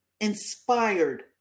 inspired